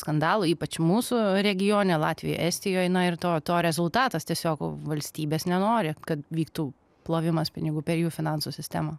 skandalų ypač mūsų regione latvijoj estijoj na ir to to rezultatas tiesiog valstybės nenori kad vyktų plovimas pinigų per jų finansų sistemą